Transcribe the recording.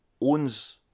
owns